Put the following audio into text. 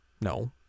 No